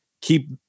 keep